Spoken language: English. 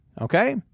Okay